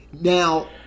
Now